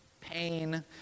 Pain